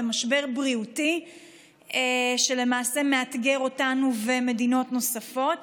והמשבר הבריאותי שלמעשה מאתגר אותנו ומדינות נוספות,